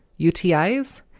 UTIs